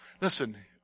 Listen